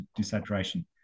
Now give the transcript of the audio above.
desaturation